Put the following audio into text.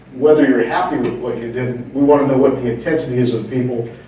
whether you're happy with what you did, we want to know what the intensities of people,